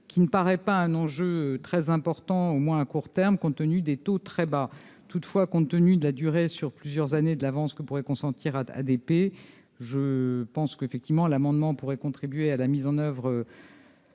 qui ne paraît pas un enjeu très important au moins à court terme compte tenu des taux très bas, toutefois, compte tenu de la durée, sur plusieurs années de l'avance que pourrait consentir à ADP, je pense qu'effectivement, l'amendement pourrait contribuer à la mise en oeuvre.